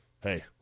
hey